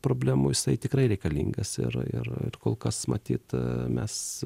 problemų jisai tikrai reikalingas ir ir ir kol kas matyt mes